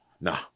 Nah